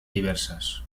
diversas